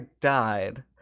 died